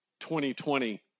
2020